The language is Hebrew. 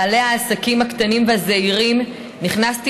בעלי העסקים הקטנים והזעירים: נכנסתי